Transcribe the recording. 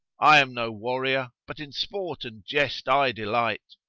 i am no warrior but in sport and jest i delight.